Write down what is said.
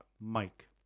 Mike